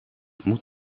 moet